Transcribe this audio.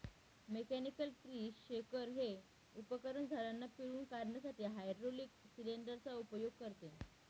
mechanical tree shaker हे उपकरण झाडांना पिळून काढण्यासाठी हायड्रोलिक सिलेंडर चा उपयोग करते